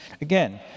Again